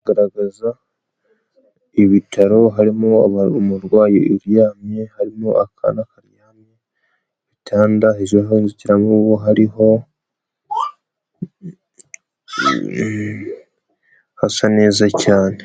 Kugaragaza ibitaro harimo umurwayi uryamye, harimo akana karyamye, ibitanda hejuru hari inzitiramubu hariho hasa neza cyane.